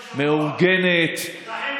שיטתית, מאורגנת, מה זה יהודה ושומרון?